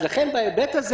בהיבט הזה